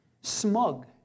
Smug